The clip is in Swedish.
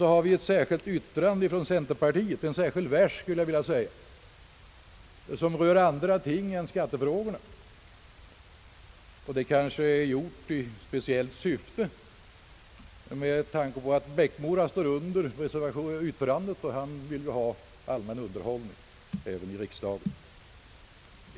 Så förekommer ett särskilt yttrande från centerpartiet, en särskild vers, skulle jag vilja säga, som rör andra ting än skattefrågorna. Det kanske är gjort i speciellt syfte med tanke på att herr Eriksson i Bäckmora står för yttrandet — han vill ju ha allmän underhållning även i riksdagen.